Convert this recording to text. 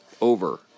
over